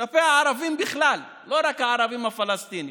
אלא כלפי הערבים בכלל, לא רק הערבים הפלסטינים.